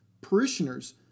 parishioners